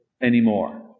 anymore